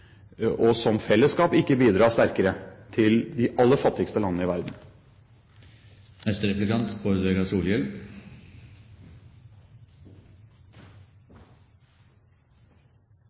og som fellesskap ikke bidra sterkere til de aller fattigste landene i